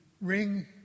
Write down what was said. ring